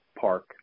park